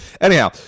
Anyhow